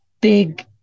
big